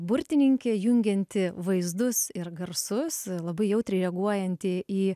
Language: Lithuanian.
burtininkė jungianti vaizdus ir garsus labai jautriai reaguojanti į